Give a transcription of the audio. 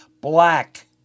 black